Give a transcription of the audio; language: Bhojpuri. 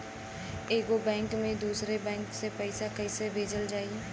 एगो बैक से दूसरा बैक मे पैसा कइसे भेजल जाई?